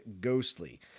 ghostly